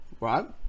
Right